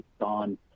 on